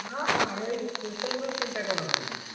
ହଁ ହଁ ରହିବ ସେସବୁର ଚିନ୍ତା କରନ୍ତୁନି